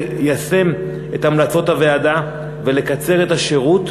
ליישם את המלצות הוועדה ולקצר את השירות,